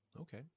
Okay